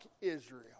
Israel